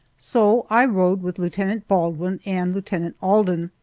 so i rode with lieutenant baldwin and lieutenant alden.